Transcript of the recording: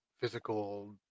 physical